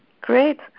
Great